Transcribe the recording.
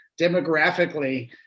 demographically